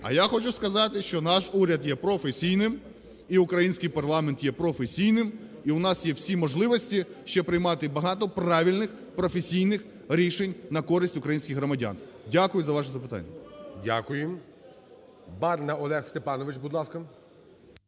А я хочу сказати, що наш уряд є професійним і український парламент є професійним. І у нас є всі можливості ще приймати багато правильних професійних рішень на користь українських громадян. Дякую за ваші запитання. ГОЛОВУЮЧИЙ. Дякуємо. Барна Олег Степанович, будь ласка.